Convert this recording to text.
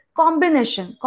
combination